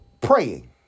praying